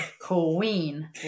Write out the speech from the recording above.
queen